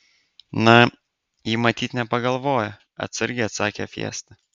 na ji matyt nepagalvojo atsargiai atsakė fiesta